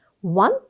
One